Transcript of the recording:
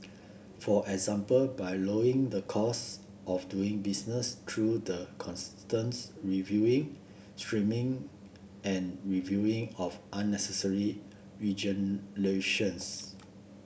for example by lowering the cost of doing business through the constants reviewing streamlining and reviewing of unnecessary regulations